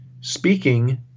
speaking